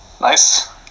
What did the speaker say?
Nice